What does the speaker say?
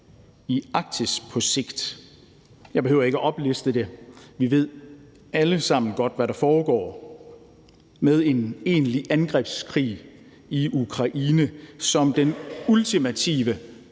Arktis på sigt. Jeg behøver ikke at opliste det. Vi ved alle sammen godt, hvad der foregår med en egentlig angrebskrig i Ukraine som den ultimative